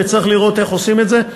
וצריך לראות איך עושים את זה.